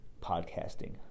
podcasting